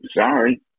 sorry